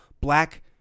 black